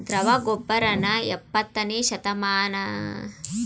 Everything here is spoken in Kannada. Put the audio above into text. ದ್ರವ ಗೊಬ್ಬರನ ಇಪ್ಪತ್ತನೇಶತಮಾನ್ದಲ್ಲಿ ಹುದುಗಿಸಿದ್ ಗೊಬ್ಬರಕ್ಕೆ ಪರ್ಯಾಯ್ವಾಗಿ ಅಭಿವೃದ್ಧಿ ಪಡಿಸುದ್ರು